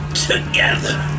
together